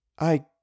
I